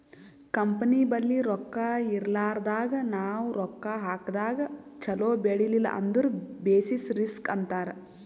company ಬಲ್ಲಿ ರೊಕ್ಕಾ ಇರ್ಲಾರ್ದಾಗ್ ನಾವ್ ರೊಕ್ಕಾ ಹಾಕದಾಗ್ ಛಲೋ ಬೆಳಿಲಿಲ್ಲ ಅಂದುರ್ ಬೆಸಿಸ್ ರಿಸ್ಕ್ ಅಂತಾರ್